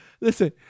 Listen